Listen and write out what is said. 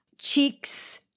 cheeks